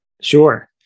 Sure